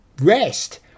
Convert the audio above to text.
rest